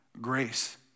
grace